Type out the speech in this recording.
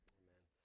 amen